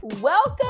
Welcome